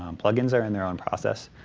um plug-ins are in their own process.